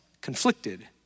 conflicted